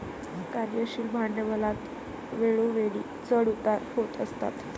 कार्यशील भांडवलात वेळोवेळी चढ उतार होत असतात